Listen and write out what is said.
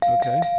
Okay